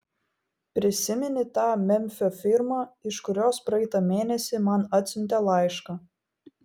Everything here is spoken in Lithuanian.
prisimeni tą memfio firmą iš kurios praeitą mėnesį man atsiuntė laišką